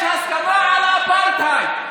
יש הסכמה על אפרטהייד.